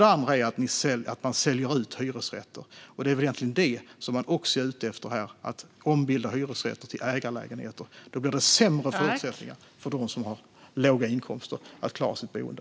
Den andra saken är att man skulle sälja ut hyresrätter. Det är väl egentligen det som man är ute efter här: att ombilda hyresrätter till ägarlägenheter. Då blir det sämre förutsättningar för dem som har låga inkomster att klara sitt boende.